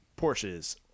Porsches